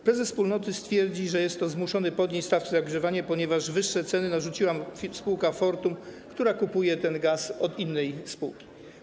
Prezes wspólnoty twierdzi, że jest zmuszony podnieść stawki za ogrzewanie, ponieważ wyższe ceny narzuciła spółka Fortum, która kupuje ten gaz od innej spółki.